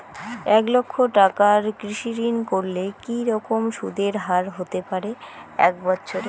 এক লক্ষ টাকার কৃষি ঋণ করলে কি রকম সুদের হারহতে পারে এক বৎসরে?